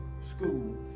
School